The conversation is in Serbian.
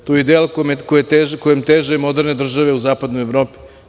To je ideja o kojoj teže moderne države u Zapadnoj Evropi.